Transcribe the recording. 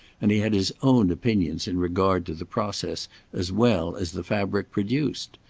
and he had his own opinions in regard to the process as well as the fabric produced.